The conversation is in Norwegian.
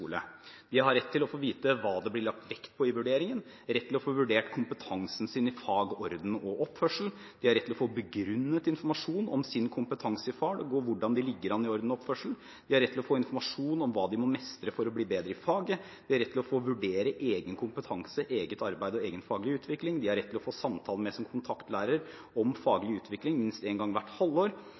å få vite hva det blir lagt vekt på i vurderingen – å få vurdert kompetansen sin i fag, orden og oppførsel – å få begrunnet informasjon om sin kompetanse i fag og hvordan de ligger an i orden og oppførsel – å få informasjon om hva de må mestre for å bli bedre i faget – å vurdere egen kompetanse, eget arbeid og egen faglig utvikling – en samtale med sin kontaktlærer om faglig utvikling minst en gang hvert halvår